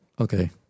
Okay